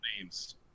names